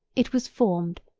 it was formed,